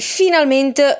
finalmente